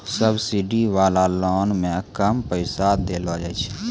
subsidy वाला loan मे कम पैसा देलो जाय छै